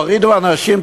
הורידו אנשים,